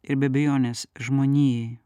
ir be abejonės žmonijai